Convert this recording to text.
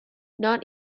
not